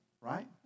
right